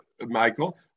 Michael